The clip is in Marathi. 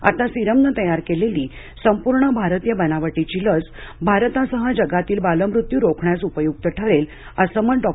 आता सीरमने तयार केलेली संपूर्ण भारतीय बनावटीची लस भारतासह जगातील बालमृत्यू रोखण्यास उपयुक्त ठरेल असं मत डॉ